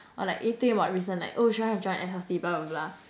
or like if you think about recent oh should I have joined S_L_C blah blah blah